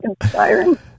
inspiring